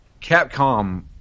Capcom